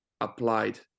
applied